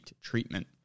treatment